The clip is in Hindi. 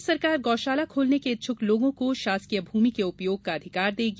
प्रदेश सरकार गौशाला खोलने के इच्छुक लोगों को शासकीय भूमि के उपयोग का अधिकार देगी